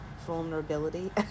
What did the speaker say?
vulnerability